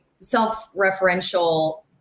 self-referential